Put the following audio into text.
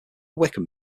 wickham